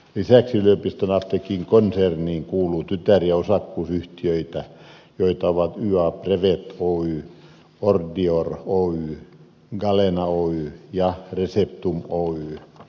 lisäksi yliopiston apteekin konserniin kuuluu tytär ja osakkuusyhtiöitä joita ovat ya prevett oy ordior oy oy galena ltd ja receptum osakeyhtiö